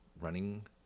running